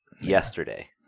yesterday